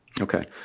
okay